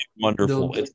wonderful